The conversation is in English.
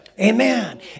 Amen